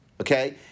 Okay